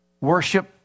worship